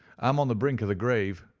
i'm on the brink of the grave,